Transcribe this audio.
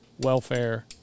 welfare